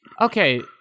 Okay